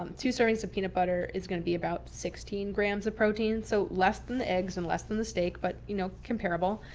um two servings of peanut butter is going to be about sixteen grams of protein, so less than the eggs and less the steak, but you know comparable.